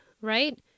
right